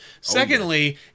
Secondly